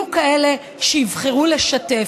יהיו כאלה שיבחרו לשתף,